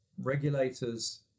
Regulators